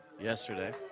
yesterday